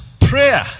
prayer